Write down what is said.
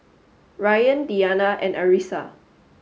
Ryan Diyana and Arissa